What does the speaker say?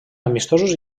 amistosos